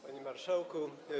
Panie Marszałku!